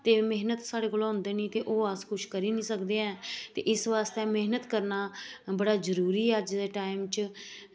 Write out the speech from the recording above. ते मैह्नत साढ़े कोला होंदी निं ते ओह् अस कुछ करी निं सकदे ऐं ते इस वास्तै मैह्नत करना बड़ा जरूरी ऐ अज दे टाईम च